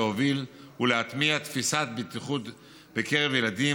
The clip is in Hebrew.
להוביל ולהטמיע תפיסת בטיחות בקרב ילדים,